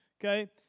okay